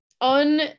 On